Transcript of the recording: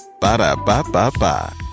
Ba-da-ba-ba-ba